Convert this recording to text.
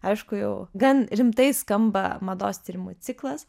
aišku jau gan rimtai skamba mados tyrimų ciklas